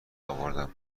اوردم